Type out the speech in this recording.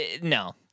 no